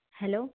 hello